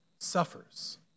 suffers